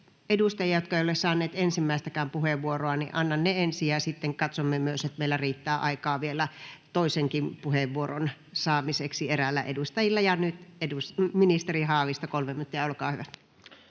edustajia, jotka eivät ole saaneet ensimmäistäkään puheenvuoroa. Annan ne ensin ja sitten katsomme myös, että meillä riittää aikaa vielä toisenkin puheenvuoron saamiseksi eräillä edustajilla. — Nyt ministeri Haavisto, 3 minuuttia, olkaa hyvä.